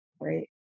right